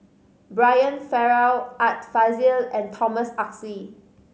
Brian Farrell Art Fazil and Thomas Oxley